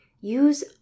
Use